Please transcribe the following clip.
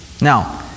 Now